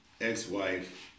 ex-wife